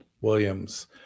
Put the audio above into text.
Williams